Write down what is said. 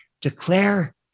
declare